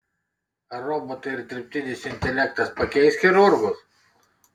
ar robotai ir dirbtinis intelektas pakeis chirurgus